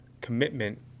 commitment